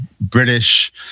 British